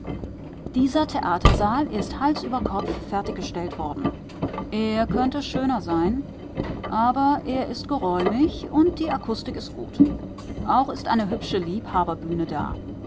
dieser theatersaal ist hals über kopf fertiggestellt worden er könnte schöner sein aber er ist geräumig und die akustik ist gut auch ist eine hübsche liebhaberbühne da